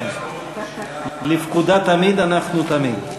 כן, לפקודה תמיד אנחנו, תמיד.